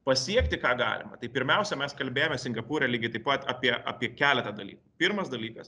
pasiekti ką galima tai pirmiausia mes kalbėjome singapūre lygiai taip pat apie apie keletą dalykų pirmas dalykas